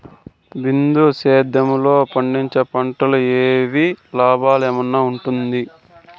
బిందు సేద్యము లో పండించే పంటలు ఏవి లాభమేనా వుంటుంది?